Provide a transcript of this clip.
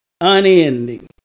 unending